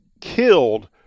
killed